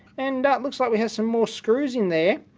and it looks like we have some more screws in there,